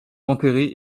enterré